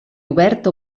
obert